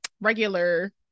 regular